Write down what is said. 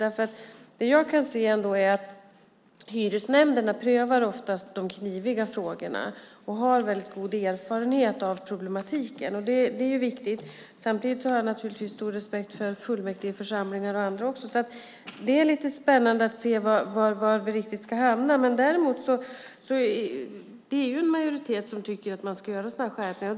Vad jag kan se är att hyresnämnderna oftast prövar de kniviga frågorna och har en väldigt god erfarenhet av problematiken. Det är viktigt. Samtidigt har jag naturligtvis en stor respekt också för fullmäktigeförsamlingar och andra. Det är lite spännande att se var vi hamnar. Det är en majoritet som tycker att skärpningar ska göras.